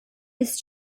ist